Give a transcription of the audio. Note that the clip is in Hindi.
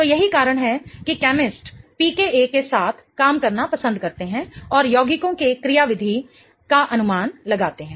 तो यही कारण है कि केमिस्ट pKa के साथ काम करना पसंद करते हैं और यौगिकों के क्रियाविधि का अनुमान लगाते हैं